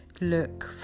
look